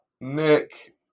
Nick